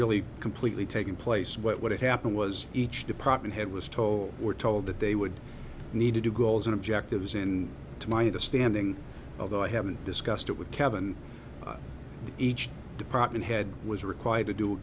really completely taken place what would happen was each department head was told or told that they would need to do goals and objectives and to my understanding of though i haven't discussed it with kevan each department head was required to do